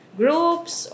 groups